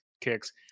kicks